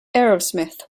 aerosmith